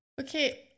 Okay